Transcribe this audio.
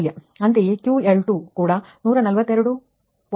ಅಂತೆಯೇ Q L2 ಕೂಡ 142